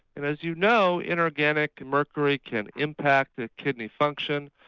and as you know inorganic mercury can impact with kidney function,